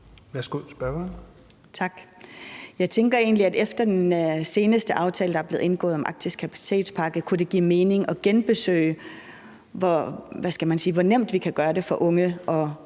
Larsen (IA): Tak. Jeg tænker egentlig, at efter den seneste aftale, der er blevet indgået, om den arktiske kapacitetspakke, kunne det give mening at genbesøge, hvor nemt vi kan gøre det for unge at